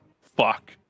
Fuck